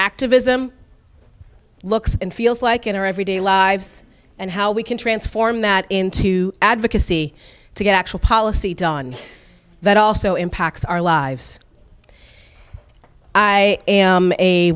activism looks and feels like in our everyday lives and how we can transform that into advocacy to get actual policy done that also impacts our lives i am a